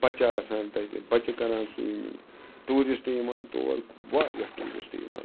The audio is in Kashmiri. بَچہٕ آسان تَتہِ بَچہٕ کَران سُومِنٛگ ٹوٗرِسٹ یِوان تور واریاہ ٹوٗرِسٹ یِوان تور